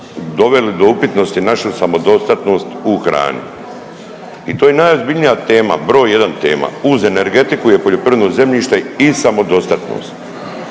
doveli do upitnosti našu samodostatnost u hrani. I to je najozbiljnija tema, broj jedan tema uz energetiku je poljoprivredno zemljište i samodostatnost.